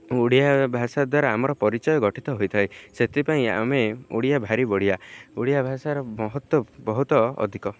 ଓଡ଼ିଆ ଭାଷା ଦ୍ୱାରା ଆମର ପରିଚୟ ଗଠିତ ହୋଇଥାଏ ସେଥିପାଇଁ ଆମେ ଓଡ଼ିଆ ଭାରି ବଢ଼ିଆ ଓଡ଼ିଆ ଭାଷାର ମହତ୍ଵ ବହୁତ ଅଧିକ